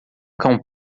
cão